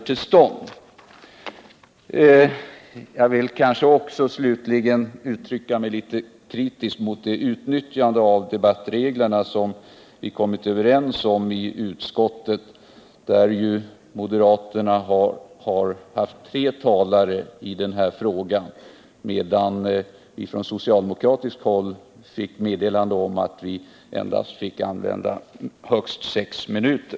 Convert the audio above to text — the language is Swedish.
Till sist vill jag uttrycka mig litet kritiskt mot utnyttjandet av de debattregler som vi har kommit överens om i utskottet. Moderaterna har ju haft tre talare i denna fråga, medan socialdemokraterna fick meddelande om att de endast fick använda högst sex minuter.